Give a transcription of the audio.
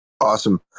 Awesome